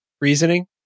reasoning